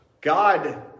God